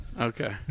Okay